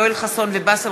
יואל חסון ובאסל